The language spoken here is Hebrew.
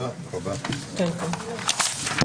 הישיבה ננעלה בשעה